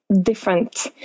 different